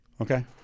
okay